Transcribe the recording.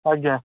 ଆଜ୍ଞା